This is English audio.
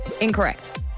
Incorrect